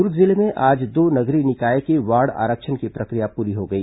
दुर्ग जिले में आज दो नगरीय निकाय के वार्ड आरक्षण की प्रक्रिया पूरी हो गई